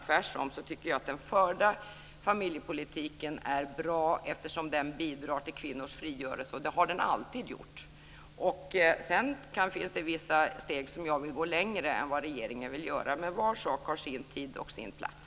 Tvärtom tycker jag att den förda familjepolitiken är bra eftersom den bidrar till kvinnors frigörelse, och det har den alltid gjort. Sedan finns det områden där jag vill gå några steg längre än vad regeringen vill göra, men var sak har sin tid och sin plats.